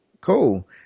cool